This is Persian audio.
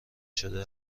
شده